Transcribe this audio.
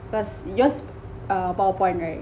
because yours err powerpoint right